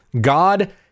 God